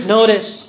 Notice